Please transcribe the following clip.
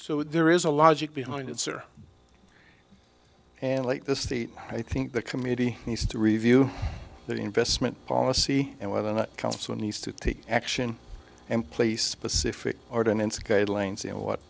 so there is a logic behind it sir and like the state i think the committee he's to review the investment policy and whether or not council needs to take action and place specific ordinance guidelines and what